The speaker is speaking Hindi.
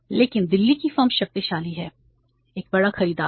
लेकिन दिल्ली की फर्म शक्तिशाली है एक बड़ा खरीदार है